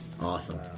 awesome